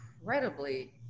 incredibly